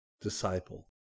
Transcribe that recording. Disciple